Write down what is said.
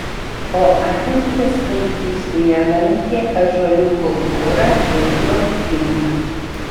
o arvydas vaikystėje lankė ąžuoliuko chorą ir plaukimą